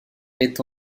est